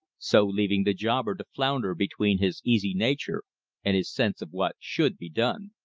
so leaving the jobber to flounder between his easy nature and his sense of what should be done.